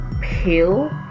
pale